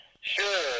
Sure